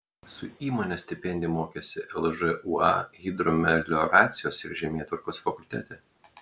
su įmonės stipendija mokėsi lžūa hidromelioracijos ir žemėtvarkos fakultete